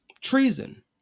Treason